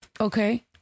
Okay